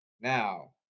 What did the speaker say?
Now